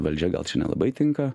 valdžia gal čia nelabai tinka